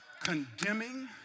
condemning